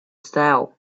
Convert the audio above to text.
style